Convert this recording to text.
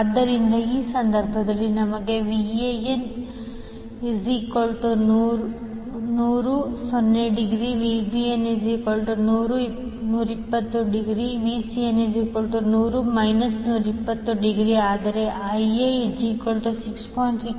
ಆದ್ದರಿಂದ ಈ ಸಂದರ್ಭದಲ್ಲಿ ನಮಗೆ 𝐕𝐴𝑁 100∠0 ° 𝐕𝐵𝑁 100∠120 ° 𝐕𝐶𝑁 100∠ 120 ° ಆದರೆ 𝐈𝑎 6